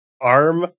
arm